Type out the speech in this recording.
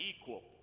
equal